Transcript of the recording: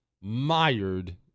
mired